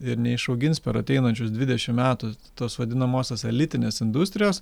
ir neišaugins per ateinančius dvidešimt metų tos vadinamosios elitinės industrijos